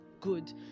good